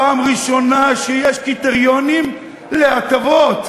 פעם ראשונה שיש קריטריונים להטבות.